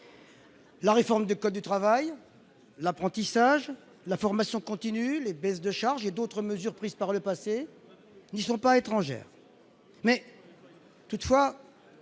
La réforme du code du travail, de l'apprentissage, de la formation continue, les baisses de charges et d'autres mesures prises par le passé n'y sont pas étrangères.